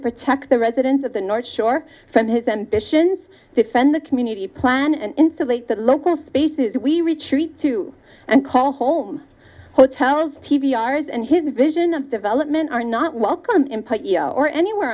protect the residents of the north shore from his ambitions defend the community plan and insulate the local spaces we retreat to and call home hotels t v ours and his vision of development are not welcome in polio or anywhere